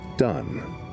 done